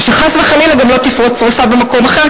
ושחס וחלילה גם לא תפרוץ שרפה במקום אחר,